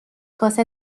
کاسه